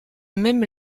même